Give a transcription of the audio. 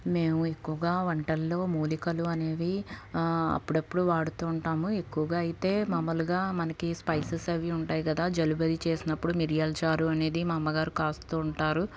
మేము ఎక్కువగా వంటల్లో మూలికలు అనేవి అప్పుడప్పుడు వాడుతు ఉంటాము ఎక్కువగా అయితే మామూలుగా మనకి స్పైసెస్ అవి ఉంటాయి కదా జలుబు అది చేసినప్పుడు మిర్యాల చారు అనేది మా అమ్మగారు కాస్తు ఉంటారు